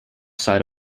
side